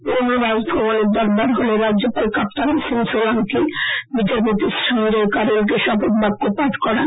পুরানো রাজভবনের দরবার হলে রাজ্যপাল কাপ্তান সিং সোলাঙ্কি বিচারপতি সঞ্জয় কারোলকে শপখ বাক্য পাঠ করান